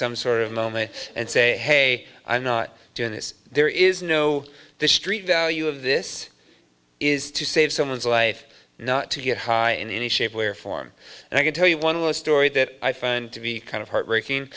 some sort of moment and say hey i'm not doing this there is no the street value of this is to save someone's life not to get high in any shape way or form and i can tell you one of the story that i found to be kind of heartbreaking